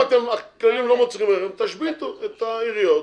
אם הכללים לא מוצאים חן בעיניכם - תשביתו את העיריות,